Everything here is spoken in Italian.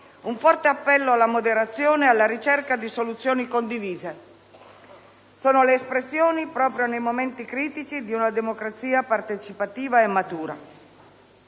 un forte appello alla moderazione e alla ricerca di soluzioni condivise: sono le espressioni, proprio nei momenti critici, di una democrazia partecipativa e matura.